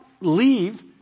leave